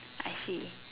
I see